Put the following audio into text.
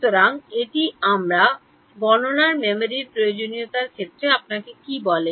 সুতরাং এটি আমার গণনার মেমরির প্রয়োজনীয়তার ক্ষেত্রে আপনাকে কী বলে